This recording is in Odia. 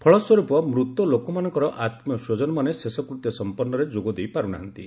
ଫଳସ୍ୱରୂପ ମୃତ ଲୋକମାନଙ୍କର ଆତ୍ମୀୟ ସ୍ୱଜନମାନେ ଶେଷକୃତ୍ୟ ସମ୍ପନ୍ଦରେ ଯୋଗ ଦେଇପାର୍ତ ନାହାନ୍ତି